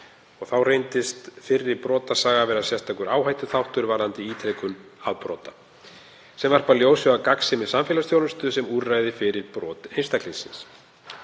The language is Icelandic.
Þá reyndist fyrri brotasaga vera sérstakur áhættuþáttur varðandi ítrekun afbrota sem varpar ljósi á gagnsemi samfélagsþjónustu sem úrræðis fyrir brot einstaklingsins.